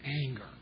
Anger